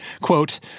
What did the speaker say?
Quote